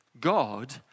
God